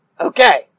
Okay